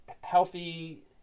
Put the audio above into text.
healthy